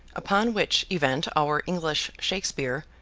upon which event our english shakespeare,